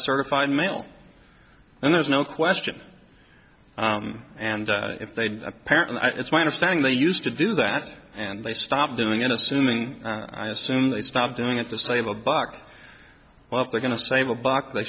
certified mail and there's no question and if they did apparently it's my understanding they used to do that and they stopped doing it assuming i assume they stopped doing it to save a buck well if they're going to save a buck they